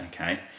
okay